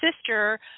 sister